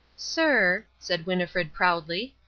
sir, said winnifred proudly,